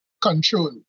control